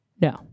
No